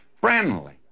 friendly